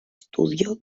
estudio